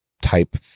type